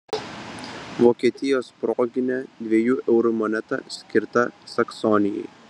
vokietijos proginė dviejų eurų moneta skirta saksonijai